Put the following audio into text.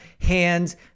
Hands